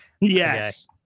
Yes